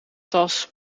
tas